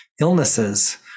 illnesses